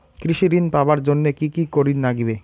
কৃষি ঋণ পাবার জন্যে কি কি করির নাগিবে?